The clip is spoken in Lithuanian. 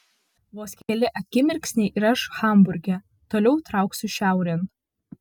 vos keli akimirksniai ir aš hamburge toliau trauksiu šiaurėn